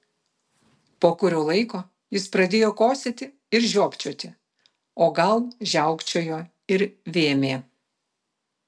po kurio laiko jis pradėjo kosėti ir žiopčioti o gal žiaukčiojo ir vėmė